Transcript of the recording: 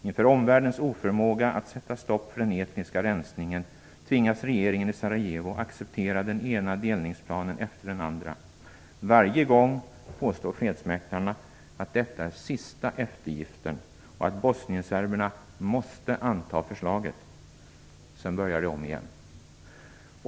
Inför omvärldens oförmåga att sätta stopp för den etniska rensningen tvingas regeringen i Sarajevo acceptera den ena delningsplanen efter den andra. Varje gång påstår fredsmäklarna att detta är sista eftergiften och att bosnienserberna måste anta förslaget. Sedan börjar det om igen.